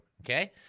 Okay